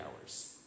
hours